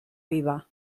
viva